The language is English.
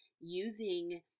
using